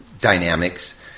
dynamics